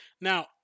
Now